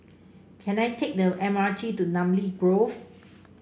can I take the M R T to Namly Grove